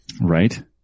Right